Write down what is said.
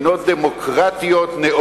דיברת על "מדינות דמוקרטיות נאורות".